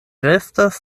restas